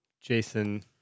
Jason